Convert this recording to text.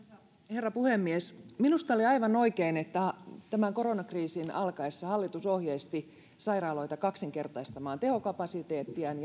herra puhemies minusta oli aivan oikein että tämän koronakriisin alkaessa hallitus ohjeisti sairaaloita kaksinkertaistamaan tehokapasiteettiaan